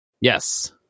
Yes